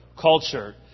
culture